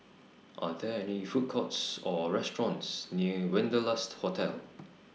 Are There Food Courts Or restaurants near Wanderlust Hotel